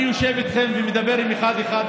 אני יושב איתכם ומדבר איתכם אחד-אחד,